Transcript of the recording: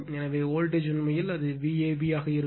எனவே வோல்டேஜ் உண்மையில் அது Vab ஆக இருக்கும்